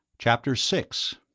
chapter six